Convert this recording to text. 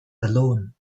alone